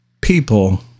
people